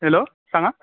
hello सांगात